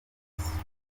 hasi